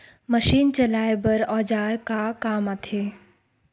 Machine चलाए बर औजार का काम आथे?